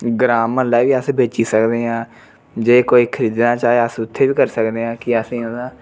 ग्रांऽ म्हल्ला बी अस बेची सकने ऐ आं जे कोई खरीदना चाहे अस उत्थें बी करी सकने आं कि असेंगी ओह्दा